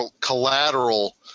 collateral